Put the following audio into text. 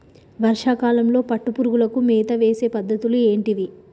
వర్షా కాలంలో పట్టు పురుగులకు మేత వేసే పద్ధతులు ఏంటివి?